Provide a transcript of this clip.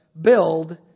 build